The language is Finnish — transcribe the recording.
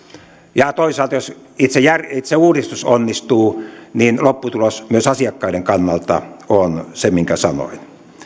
ja toisaalta jos itse uudistus onnistuu niin lopputulos myös asiakkaiden kannalta on se minkä sanoin